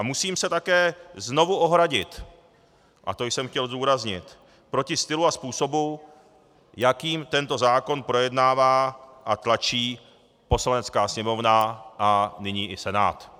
Musím se také znovu ohradit, a to jsem chtěl zdůraznit, proti stylu a způsobu, jakým tento zákon projednává a tlačí Poslanecká sněmovna a nyní i Senát.